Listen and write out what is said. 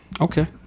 Okay